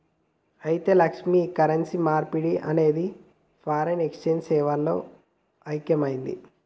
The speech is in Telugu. అయితే లక్ష్మి, కరెన్సీ మార్పిడి అనేది ఫారిన్ ఎక్సెంజ్ సేవల్లో ముక్యమైనది